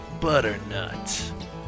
butternut